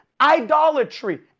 idolatry